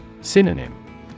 Synonym